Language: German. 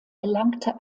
erlangte